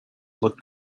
looked